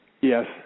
Yes